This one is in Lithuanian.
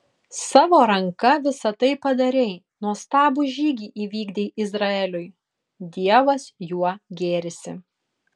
savo ranka visa tai padarei nuostabų žygį įvykdei izraeliui dievas juo gėrisi